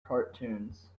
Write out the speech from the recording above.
cartoons